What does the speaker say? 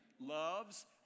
loves